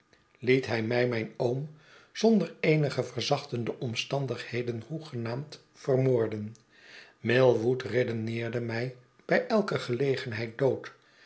liet hij mij mijn oom zonder eenige verzachtende omstandigheden hoegenaamd vermoorden millwood redeneerde mij bij elke gelegenheid dood